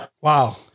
Wow